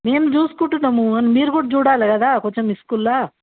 మేము చూసుకుంటున్నాము మీరు కూడా చూడాలి కదా కొంచెం స్కూల్లో